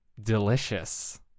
delicious